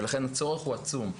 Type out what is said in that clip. ולכן הצורך הוא עצום.